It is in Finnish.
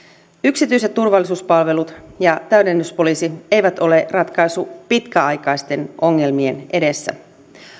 yksityiset turvallisuuspalvelut ja täydennyspoliisi eivät ole ratkaisu pitkäaikaisten ongelmien edessä